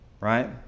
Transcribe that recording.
right